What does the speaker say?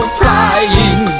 flying